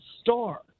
star